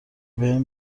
بهم